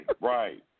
right